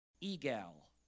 Egal